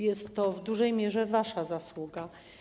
Jest to w dużej mierze wasza zasługa.